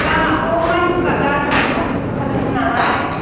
लामाखौ मानसिफोरा गाज्रि होननानैसो खोनथादोंमोन नालाय